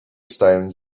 stones